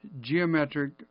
geometric